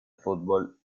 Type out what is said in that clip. fútbol